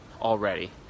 already